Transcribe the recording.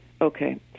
Okay